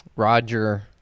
Roger